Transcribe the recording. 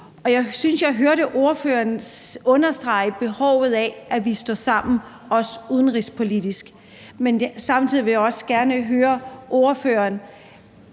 jeg hørte ordføreren understrege behovet for, at vi står sammen, også udenrigspolitisk. Men samtidig vil jeg også gerne høre ordføreren: